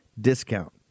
discount